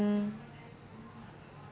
mm